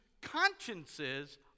consciences